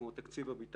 כמו תקציב הביטחון,